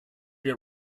your